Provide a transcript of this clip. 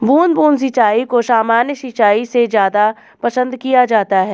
बूंद बूंद सिंचाई को सामान्य सिंचाई से ज़्यादा पसंद किया जाता है